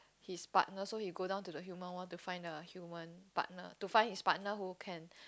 his partner so he go down to the human world to find a human partner to find his partner who can